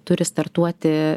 turi startuoti